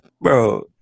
bro